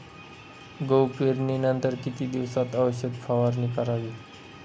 गहू पेरणीनंतर किती दिवसात औषध फवारणी करावी?